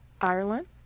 Ireland